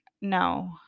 No